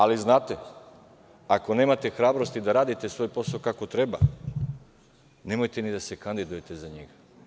Ali, znate, ako nemate hrabrosti da radite svoj posao kako treba, nemojte ni da se kandidujete za njega.